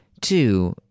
Two